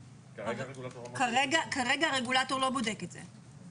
כרגע הרגולטור לא בודק את זה.